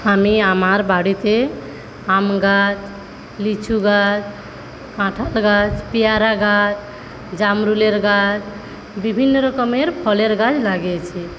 আমি আমার বাড়িতে আম গাছ লিচু গাছ কাঁঠাল গাছ পেয়ারা গাছ জামরুলের গাছ বিভিন্ন রকমের ফলের গাছ লাগিয়েছি